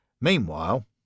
Meanwhile